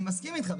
אני מסכים איתך.